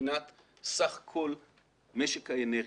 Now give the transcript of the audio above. מבחינת סך כל משק האנרגיה.